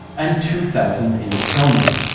and two thousand in estonia.